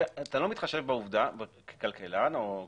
אבל כמי